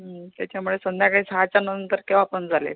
हं त्याच्यामुळे संध्याकाळी सहानंतर केव्हापण चालेल